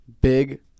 Big